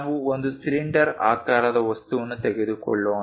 ನಾವು ಒಂದು ಸಿಲಿಂಡರ್ ಆಕಾರದ ವಸ್ತುವನ್ನು ತೆಗೆದುಕೊಳ್ಳೋಣ